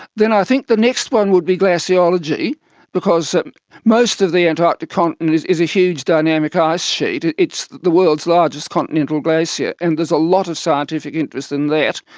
then i think the next one would be glaciology because most of the antarctic continent is is a huge dynamic ah ice sheet, it's the world's largest continental glacier, and there's a lot of scientific interest in that.